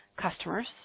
customers